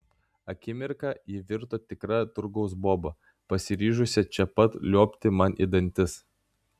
akimirką ji virto tikra turgaus boba pasiryžusia čia pat liuobti man į dantis